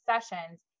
sessions